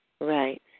right